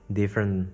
different